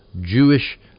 Jewish